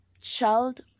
Child